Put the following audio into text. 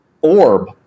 orb